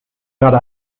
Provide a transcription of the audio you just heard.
gerade